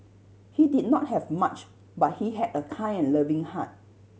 he did not have much but he had a kind and loving heart